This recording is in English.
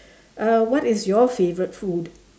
uh what is your favourite food